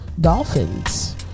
dolphins